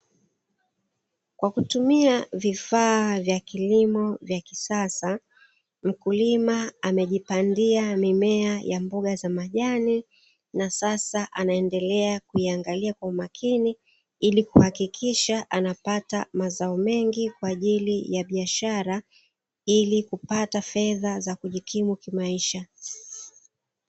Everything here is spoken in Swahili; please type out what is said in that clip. Kwa kutumia vifaa vya kilimo vya kisasa mkulima amejipandia mimea ya mboga za majani na sasa anaendelea kuiangalia kwa umakini, ili kuhakikisha anapata mazao mengi kwa ajili ya biashara ili kupata fedha za kujikimu kimaisha.